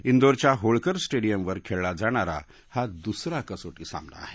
इंदौरच्या होळकर स्टेडियमवर खेळला जाणारा हा दुसरा कसोटी सामना आहे